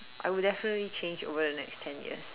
I would definitely change over the next ten years